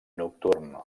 nocturn